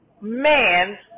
man